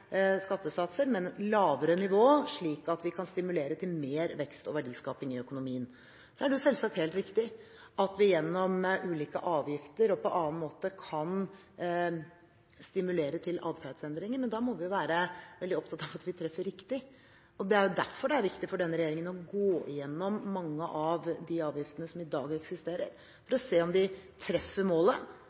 skattesatser, men lavere nivå, slik at vi kan stimulere til mer vekst og verdiskaping i økonomien. Så er det selvsagt helt riktig at vi gjennom ulike avgifter og på annen måte kan stimulere til atferdsendringer, men da må vi være veldig opptatt av at vi treffer riktig. Det er derfor det er viktig for denne regjeringen å gå igjennom mange av de avgiftene som eksisterer i dag, for å se om de treffer målet,